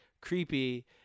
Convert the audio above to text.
creepy